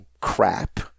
crap